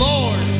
Lord